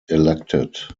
elected